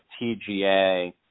TGA